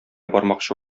бармакчы